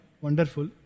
Wonderful